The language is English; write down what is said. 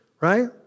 right